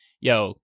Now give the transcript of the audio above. yo